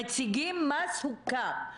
מציגים מה סוכם,